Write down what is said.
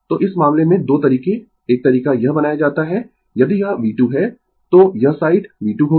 तो इस मामले में 2 तरीके 1 तरीका यह बनाया जाता है यदि यह V2 है तो यह साइड V2 होगी